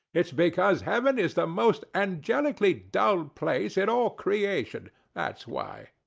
it's because heaven is the most angelically dull place in all creation that's why.